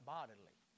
Bodily